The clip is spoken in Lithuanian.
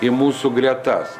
į mūsų gretas